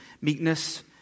meekness